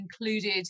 included